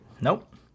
Nope